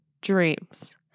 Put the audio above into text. dreams